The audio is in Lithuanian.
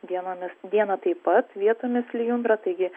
dienomis dieną taip pat vietomis lijundra taigi